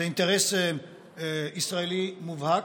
זה אינטרס ישראלי מובהק.